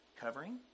covering